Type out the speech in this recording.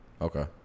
okay